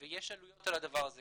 ויש עלויות על הדבר הזה.